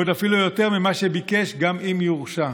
ועוד אפילו יותר ממה שביקש, גם אם יורשע.